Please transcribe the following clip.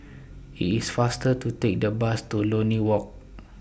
IT IS faster to Take The Bus to Lornie Walk